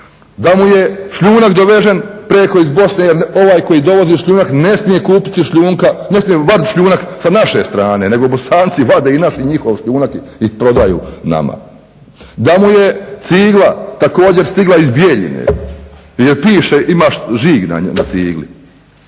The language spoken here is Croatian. da mu je šljunak dovezen preko iz Bosne jer ovaj koji dovozi šljunak ne smije kupiti šljunka, ne smije vaditi šljunak sa naše strance nego Bosanci vade i naš i njihov šljunak i prodaju nama, da mu je cigla također stigla iz Bjeljine jer piše ima žig na cigli.